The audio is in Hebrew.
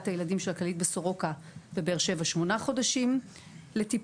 הילדים של כללית בסורוקה בבאר שבע שמונה חודשים לטיפול,